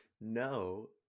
No